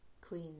Queen